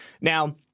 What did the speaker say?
Now